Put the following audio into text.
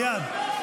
מייד.